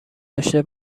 داشته